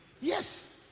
Yes